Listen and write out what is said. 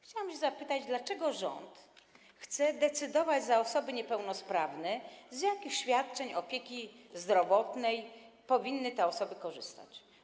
Chciałabym zapytać, dlaczego rząd chce decydować za osoby niepełnosprawne, z jakich świadczeń opieki zdrowotnej te osoby powinny korzystać.